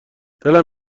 دلم